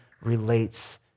relates